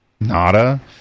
Nada